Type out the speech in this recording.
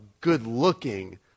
good-looking